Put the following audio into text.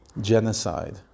genocide